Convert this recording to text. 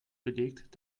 belegt